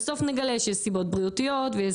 בסוף נגלה שיש סיבות בריאותיות ויש